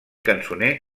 cançoner